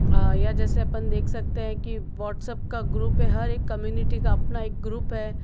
आ या जैसे अपन देख सकते हैं कि व्हाट्सएप का ग्रुप है हर एक कम्यूनिटी का अपना एक ग्रुप है